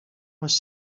was